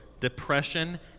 depression